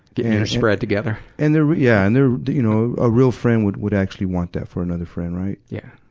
getting your spread together? and they're rea yeah, and they're, you know, a real friend would, would actually want that for another friend, right. yeah.